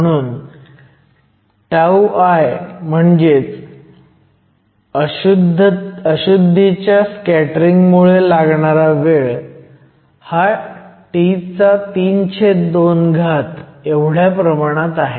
म्हणून τI म्हणजेच अशुध्दीच्या स्कॅटरिंग मुळे लागणारा वेळ हा T32 च्या प्रमाणात आहे